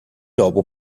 lobo